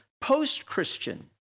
post-Christian